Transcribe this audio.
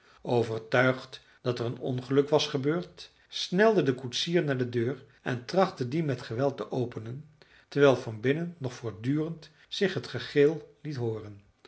overtuigd dat er een ongeluk was gebeurd snelde de koetsier naar de deur en trachtte die met geweld te openen terwijl van binnen nog voortdurend zich het gegil liet hooren